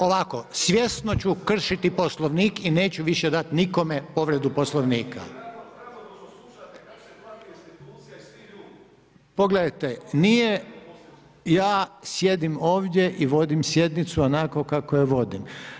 Ovako svjesno ću kršiti Poslovnik i neću više dati nikome povredu Poslovnika. … [[Upadica se ne razumije.]] Ja sjedim ovdje i vodim sjednicu onako kako je vodim.